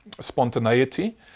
spontaneity